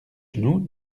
genoux